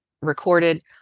recorded